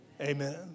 amen